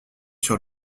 sur